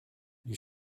you